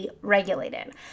regulated